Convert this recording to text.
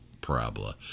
parabola